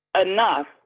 enough